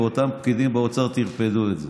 ואותם פקידים באוצר טרפדו את זה.